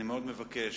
אני מאוד מבקש